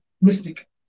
mystic